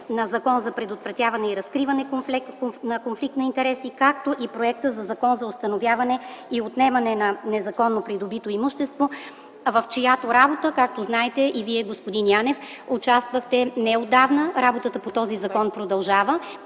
на Закона за предотвратяване и разкриване на конфликт на интереси, както и на Закона за установяване и отнемане на незаконно придобито имущество, в чиято работа, господин Янев, участвахте неотдавна. Работата по този закон продължава.